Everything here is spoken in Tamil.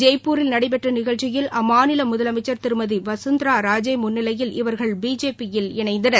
ஜெய்ப்பூரில் நடைபெற்ற நிகழ்ச்சியில் அம்மாநில முதலமைச்சர் திருமதி வசுந்தரா ராஜே முன்ளிலையில் இவர்கள் பிஜேபியில் இணைந்தனர்